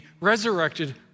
resurrected